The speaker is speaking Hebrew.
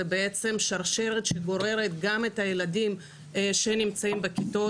זו שרשרת שגוררת גם את הילדים שנמצאים בכיתות,